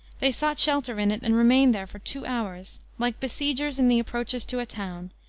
they sought shelter in it, and remained there for two hours, like besiegers in the approaches to a town,